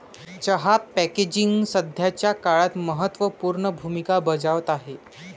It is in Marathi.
चहा पॅकेजिंग सध्याच्या काळात महत्त्व पूर्ण भूमिका बजावत आहे